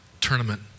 tournament